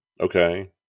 Okay